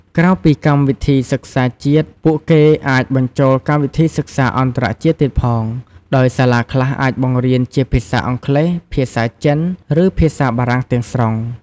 ក្រៅពីកម្មវិធីសិក្សាជាតិ ពួកគេអាចបញ្ចូលកម្មវិធីសិក្សាអន្តរជាតិទៀតផង ដោយសាលាខ្លះអាចបង្រៀនជាភាសាអង់គ្លេស ភាសាចិន ឬភាសាបារាំងទាំងស្រុង។